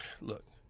look